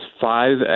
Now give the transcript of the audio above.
five